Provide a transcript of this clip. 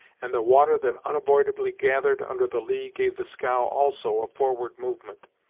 and the water that unavoidably gathered under the lee gave the scow also a forward movement.